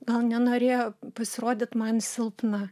gal nenorėjo pasirodyt man silpna